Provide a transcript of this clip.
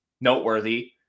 noteworthy